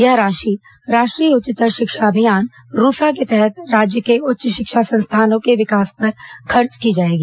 यह राशि राष्ट्रीय उच्चतर शिक्षा अभियान रूसा के तहत राज्य के उच्च शिक्षा संस्थानों के विकास पर खर्च की जाएगी